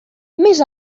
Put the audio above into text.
més